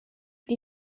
die